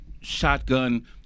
shotgun